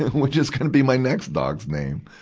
which is gonna be my next dog's name.